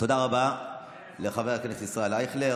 תודה רבה לחבר הכנסת ישראל אייכלר.